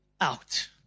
out